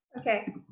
Okay